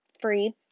free